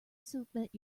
submit